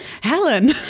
helen